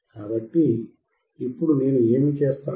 కాబట్టి ఇప్పుడు నేను ఏమి చేస్తాను